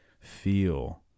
feel